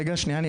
רגע שניה.